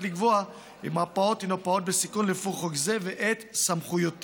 לקבוע אם הפעוט הינו פעוט בסיכון לפי חוק זה ואת סמכויותיה.